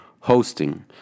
hosting